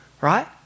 Right